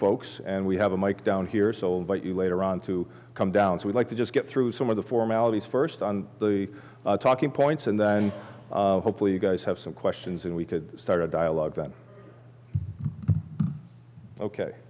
folks and we have a mike down here sold by you later on to come down so we like to just get through some of the formalities first on the talking points and then hopefully you guys have some questions and we could start a dialogue